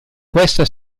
questa